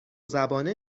زبانه